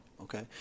okay